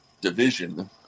division